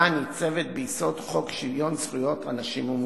הניצבת ביסוד חוק שוויון זכויות לאנשים עם מוגבלות: